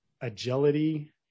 agility